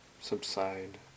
subside